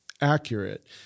accurate